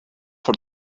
for